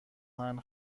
آهن